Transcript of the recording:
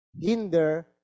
hinder